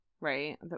right